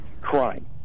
crime